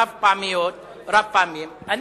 רב-פעמיות,